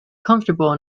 comfortable